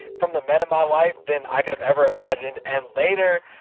from the men in my life than i could've ever imagined. and later,